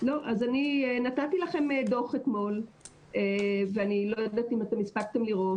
אני נתתי לכם דוח אתמול ואני לא יודעת אם אתם הספקתם לראות,